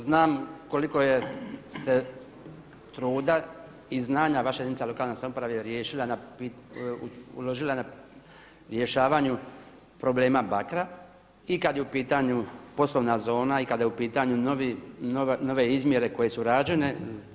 Znam koliko ste truda i znanja vaša jedinica lokalne samouprave riješila, uložila na rješavanju problema Bakra i kad je u pitanju poslovna zona i kada je u pitanju nove izmjere koje su rađene.